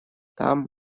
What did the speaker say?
там